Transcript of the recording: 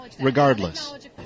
regardless